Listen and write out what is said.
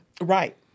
Right